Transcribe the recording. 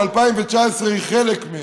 ש-2019 היא חלק מהן?